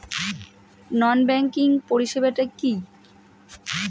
নন banking পরিষেবা টা কি?